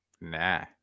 nah